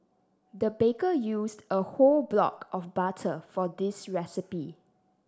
the baker used a whole block of butter for this recipe